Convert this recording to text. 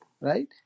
right